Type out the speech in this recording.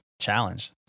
challenge